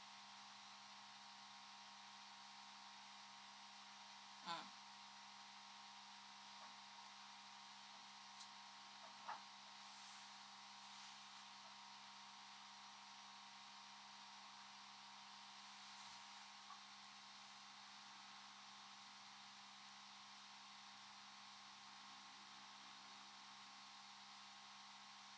mm